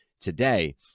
today